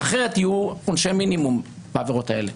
אחרת יהיו עונשי מינימום בעבירות האלה.